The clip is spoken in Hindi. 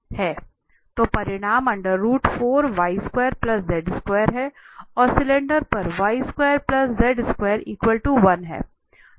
तो परिमाण हैं और सिलेंडर पर है